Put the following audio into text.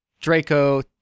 Draco